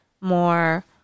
more